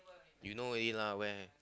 you know already lah where